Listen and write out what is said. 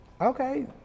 Okay